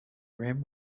rim